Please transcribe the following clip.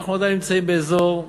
אנחנו עדיין נמצאים באזור.